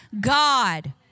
God